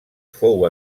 fou